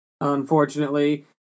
unfortunately